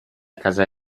casa